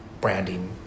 branding